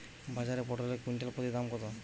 বাজারে পটল এর কুইন্টাল প্রতি দাম কত?